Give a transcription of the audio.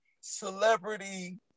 celebrity